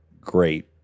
great